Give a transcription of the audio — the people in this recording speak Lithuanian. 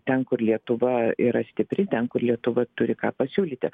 ten kur lietuva yra stipri ten kur lietuva turi ką pasiūlyti